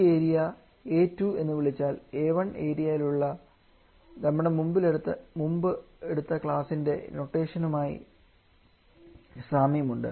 ഈ area A2 എന്ന് വിളിച്ചാൽ A1 ഏരിയ ഉള്ള നമ്മുടെ മുൻപിൽ എടുത്ത ക്ലാസിൻറെ നൊട്ടേഷൻ ഉമായി സാമ്യമുണ്ട്